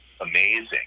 amazing